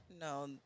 No